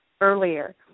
earlier